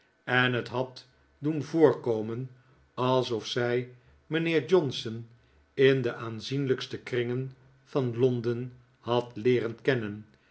en het had doen voorkomen alsof zij mijnheet johnson in de aanzienlijkste kringen van londen had leeren kennen